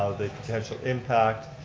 the potential impact,